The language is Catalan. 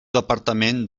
departament